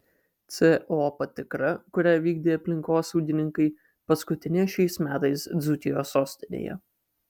co patikra kurią vykdė aplinkosaugininkai paskutinė šiais metais dzūkijos sostinėje